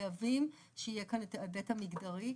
חייבים שיהיה כאן את ההיבט המגדרי.